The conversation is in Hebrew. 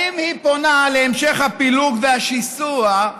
האם היא פונה להמשך הפילוג והשיסוע,